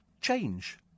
Change